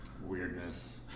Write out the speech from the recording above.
Weirdness